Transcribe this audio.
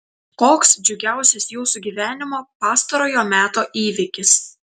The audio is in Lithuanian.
koks džiugiausias jūsų gyvenimo pastarojo meto įvykis